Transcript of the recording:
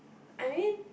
I mean